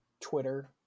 twitter